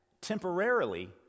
temporarily